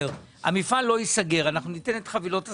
שהמפעל לא ייסגר ושיתנו את חבילות הסיוע.